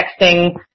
texting